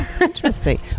Interesting